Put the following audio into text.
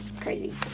crazy